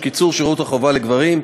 תקציב הגופים הביטחוניים.